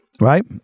right